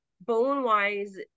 bone-wise